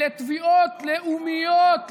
אלה תביעות לאומיות,